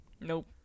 Nope